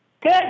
Good